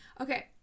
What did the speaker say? Okay